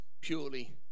purely